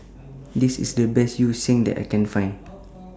This IS The Best Yu Sheng that I Can Find